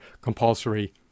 compulsory